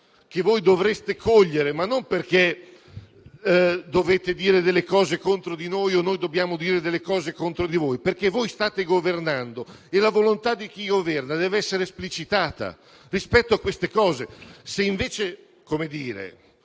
che voi dovreste cogliere, ma non perché dovete dire delle cose contro di noi o noi dobbiamo dire delle cose contro di voi. Voi state governando e la volontà di chi governa deve essere esplicitata rispetto a queste cose.